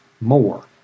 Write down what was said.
more